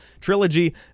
Trilogy